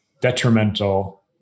detrimental